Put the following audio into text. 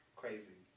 crazy